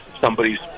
somebody's